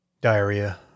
Diarrhea